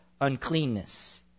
uncleanness